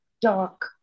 dark